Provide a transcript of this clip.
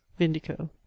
vindico